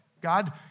God